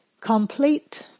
Complete